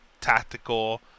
tactical